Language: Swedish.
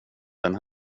det